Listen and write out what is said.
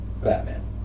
Batman